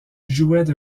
jouaient